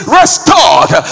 restored